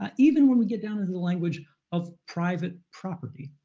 um even when we get down to the language of private property,